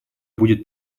будет